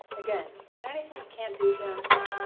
again, is there anything you can't do, janice?